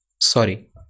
Sorry